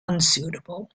unsuitable